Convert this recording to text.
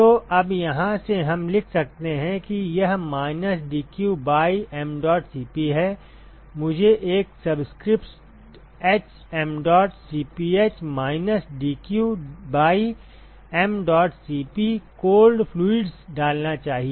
तो अब यहाँ से हम लिख सकते हैं कि यह minus dq by mdot Cp है मुझे एक subscript h mdot Cph minus dq by mdot Cp cold fluids डालना चाहिए